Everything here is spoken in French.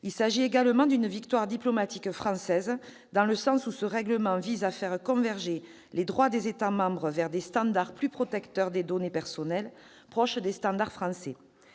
Il s'agit également d'une victoire diplomatique française, ce règlement visant à faire converger les droits des États membres vers des standards plus protecteurs des données personnelles, proches des standards français.